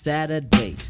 Saturday